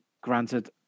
granted